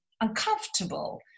uncomfortable